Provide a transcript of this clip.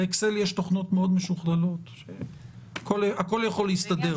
לאקסל יש תוכנות מאוד משוכללות, הכול יכול להסתדר.